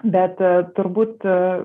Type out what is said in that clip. bet turbūt